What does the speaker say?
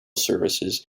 services